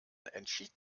entschied